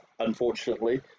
unfortunately